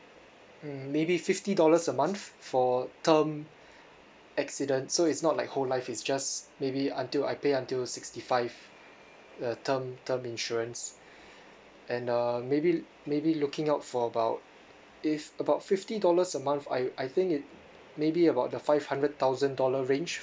mm maybe fifty dollars a month for term accident so it's not like whole life it's just maybe until I pay until sixty five uh term term insurance and um maybe maybe looking out for about if about fifty dollars a month I I think it may be about the five hundred thousand dollar range